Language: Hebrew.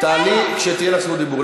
אני מבקש, את מפריעה ללא הפסקה.